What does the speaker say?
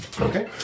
Okay